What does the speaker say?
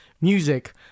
music